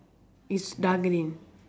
is dark green